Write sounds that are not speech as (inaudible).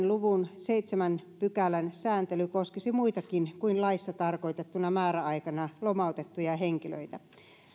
(unintelligible) luvun seitsemännen pykälän sääntely koskisi muitakin kuin laissa tarkoitettuna määräaikana lomautettuja henkilöitä